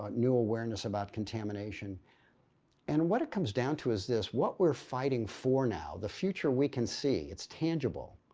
new awareness about contamination and what it comes down to is this what we're fighting for now, the future we can see it's tangible.